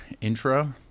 intro